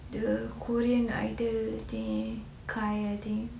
the korean idol thing kai I think